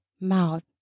mouth